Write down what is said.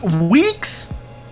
weeks